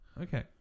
Okay